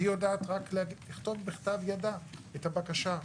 היא יודעת לכתוב רק בכתב ידה את הבקשה.